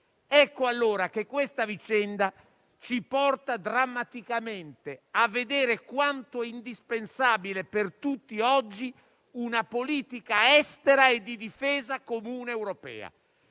Ecco allora che questa vicenda ci porta drammaticamente a vedere quanto indispensabile sia per tutti oggi una politica estera e di difesa comune europea.